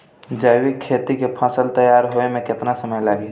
जैविक खेती के फसल तैयार होए मे केतना समय लागी?